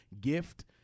gift